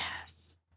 Yes